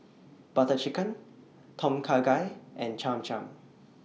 Butter Chicken Tom Kha Gai and Cham Cham